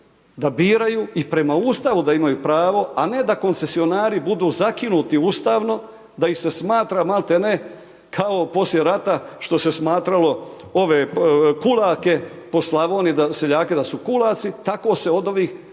da biraju i prema Ustavu da imaju pravo, a ne da koncesionari budu zakinuti ustavno, da ih se smatra malte ne kao poslije rata što se smatralo ove kulake po Slavoniji seljake da su kulaci, tako se od ovih ljudi